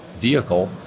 vehicle